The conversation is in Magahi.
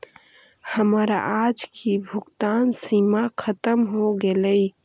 हमर आज की भुगतान सीमा खत्म हो गेलइ